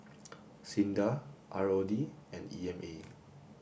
SINDA ROD and E M A